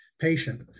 patient